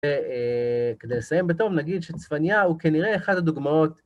וכדי לסיים בטוב, נגיד שצפנייה הוא כנראה אחד הדוגמאות...